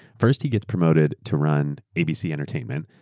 first, he gets promoted to run abc entertainment,